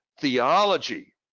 theology